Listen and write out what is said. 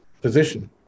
position